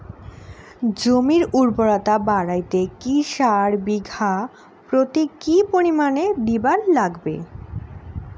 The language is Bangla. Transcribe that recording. জমির উর্বরতা বাড়াইতে কি সার বিঘা প্রতি কি পরিমাণে দিবার লাগবে?